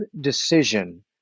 decision